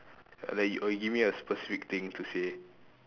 like or you give me a specific thing to say